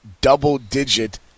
double-digit